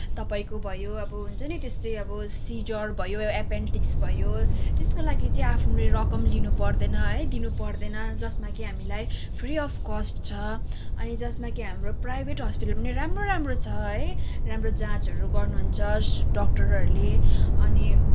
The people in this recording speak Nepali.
तपाईँको भयो अब हुन्छ नि त्यस्तै अब सिजर भयो एपेन्डिक्स भयो त्यसको लागि चाहिँ आफूले रकम लिनुपर्दैन है दिनुपर्दैन जसमा कि हामीलाई फ्री अफ कस्ट छ अनि जसमा कि हाम्रो प्राइभेट हस्पिटल पनि राम्रो राम्रो छ है राम्रो जाँचहरू गर्नुहुन्छ डाक्टरहरूले अनि